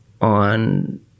on